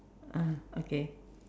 ah okay